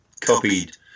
copied